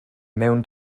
mewn